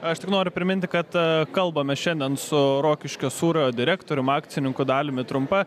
aš tik noriu priminti kad kalbame šiandien su rokiškio sūrio direktorium akcininku daliumi trumpa